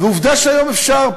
ועובדה שהיום אפשר,